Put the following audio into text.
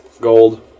Gold